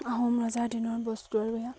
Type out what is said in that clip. আহোম ৰজা দিনৰ বস্তু আৰু এইয়া